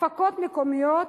הפקות מקומיות,